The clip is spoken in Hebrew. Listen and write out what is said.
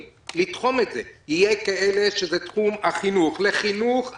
לתחום את זה לפי תחומים יהיו כאלה שזה תחום החינוך: לחינוך,